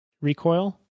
recoil